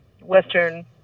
Western